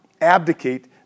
abdicate